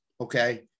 Okay